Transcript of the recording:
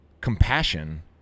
compassion